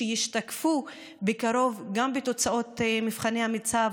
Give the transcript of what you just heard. שישתקפו בקרוב גם בתוצאות מבחני המיצ"ב,